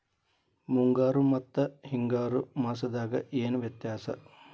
ಮುಂಗಾರು ಮತ್ತ ಹಿಂಗಾರು ಮಾಸದಾಗ ಏನ್ ವ್ಯತ್ಯಾಸ?